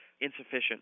insufficient